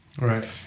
Right